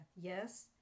Yes